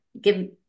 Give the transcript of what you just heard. Give